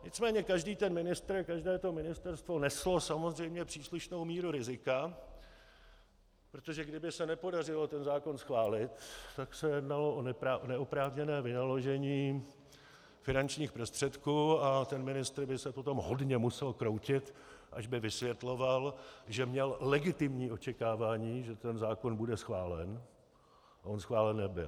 Nicméně každý ten ministr, každé ministerstvo neslo samozřejmě příslušnou míru rizika, protože kdyby se nepodařilo ten zákon schválit, tak se jednalo o neoprávněné vynaložení finančních prostředků a ten ministr by se potom hodně musel kroutit, až by vysvětloval, že měl legitimní očekávání, že zákon bude schválen, a on schválen nebyl.